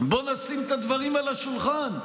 בוא נשים את הדברים על השולחן: